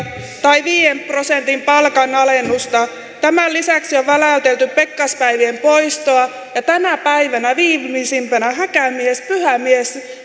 tai viiden prosentin palkanalennusta tämän lisäksi on väläytelty pekkaspäivien poistoa ja tänä päivänä viimeisimpänä häkämies